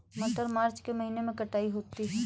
मटर मार्च के महीने कटाई होती है?